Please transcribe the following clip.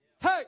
Hey